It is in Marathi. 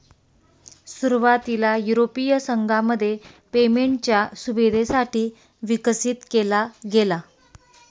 सुरुवातीला युरोपीय संघामध्ये पेमेंटच्या सुविधेसाठी विकसित केला गेला